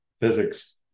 physics